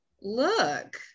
look